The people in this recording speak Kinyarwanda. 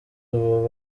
ubu